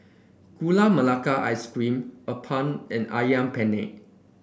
Gula Melaka Ice Cream appam and ayam penyet